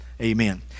amen